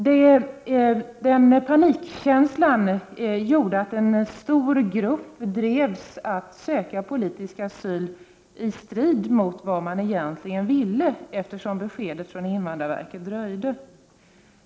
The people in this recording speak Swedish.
Den panikkänslan gjorde att en stor grupp drevs att söka politisk asyl, i strid mot vad de egentligen ville, eftersom beskedet från invandrarverket dröjde.